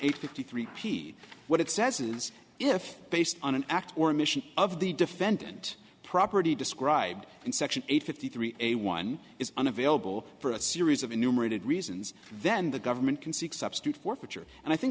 eight fifty three p what it says is if based on an act or emission of the defendant property described in section eight fifty three a one is unavailable for a series of enumerated reasons then the government can seek substitute forfeiture and i think